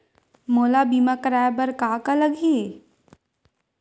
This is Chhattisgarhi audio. मोला बीमा कराये बर का का लगही?